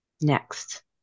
next